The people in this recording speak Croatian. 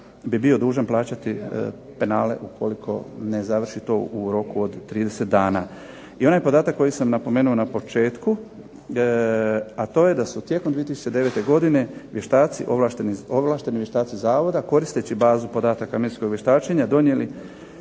bi bio dužan plaćati penale ukoliko ne završi to u roku od 30 dana. I onaj podatak koji sam napomenuo na početku, a to je da su tijekom 2009. godine vještaci, ovlašteni vještaci zavoda koristeći bazu podataka medicinskog vještačenja donijeli